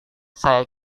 saya